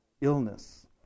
illness